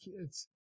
kids